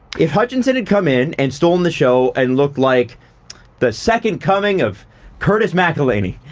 if hutchinson had come in and stolen the show and looked like the second coming of curtis mcelhinney